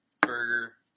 burger